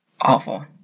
Awful